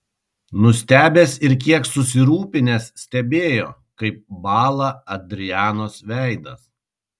nustebęs ir kiek susirūpinęs stebėjo kaip bąla adrianos veidas